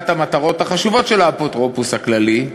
למטרות החשובות של האפוטרופוס הכללי,